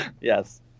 Yes